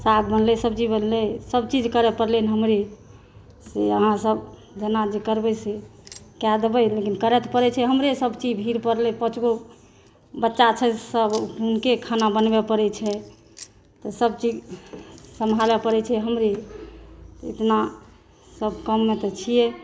साग बनलै सब्ज़ी बनलै सभ चीज़ करय परलै हमरे से अहाँसभ जेना जे करबै से कए देबै लेकिन करय तऽ परै छै हमरे सभ चीज़ भीर परलै पाँच गो बच्चा छै सभ उनके खाना बनबै परै छै तऽ सभ चीज़ समहारय परै छै हमरे इतना तऽ सभ काममे तऽ छियै